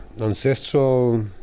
ancestral